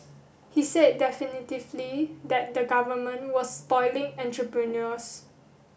he said definitively that the government was spoiling entrepreneurs